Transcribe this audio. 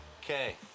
Okay